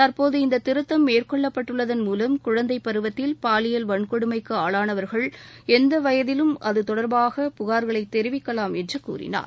தற்போது இந்த திருத்தம் மேற்கொள்ளப்பட்டுள்ளதன் மூவம் குழந்தை பருவத்தில் பாலியல் வன்கொடுமைக்கு ஆளானவர்கள் எந்த வயதிலும் அது தொடர்பாக புகார்களை தெரிவிக்கலாம் என்று கூறினார்